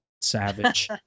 savage